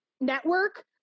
network